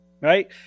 right